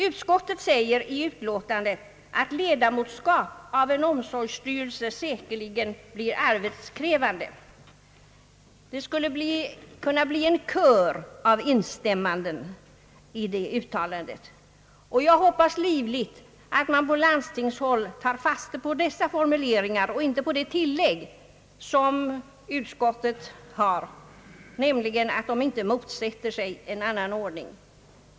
Utskottet säger att ledamotskap i en omsorgsstyrelse säkerligen blir arbetskrävande, Utskottet skulle kunna få en kör av instämmanden i det uttalandet, och jag hoppas livligt att man i landstingen mera tar fasta på dessa formuleringar än på det tillägg som utskottet gör, att det inte motsätter sig en annan ordning.